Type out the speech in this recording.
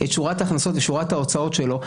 את שורת ההכנסות ואת שורת ההוצאות שלו,